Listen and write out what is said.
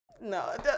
no